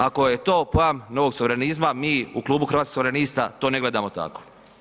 Ako je to pojam novog suverenizma mi u klubu Hrvatskih suverenista to ne gledamo tako.